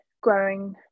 growing